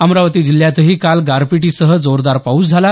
अमरावती जिल्ह्यातही काल गारपिटीसह जोरदार पाऊस झाला